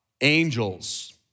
angels